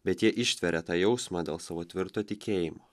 bet jie ištveria tą jausmą dėl savo tvirto tikėjimo